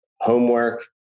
homework